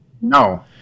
no